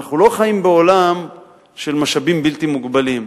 אנחנו לא חיים בעולם של משאבים בלתי מוגבלים.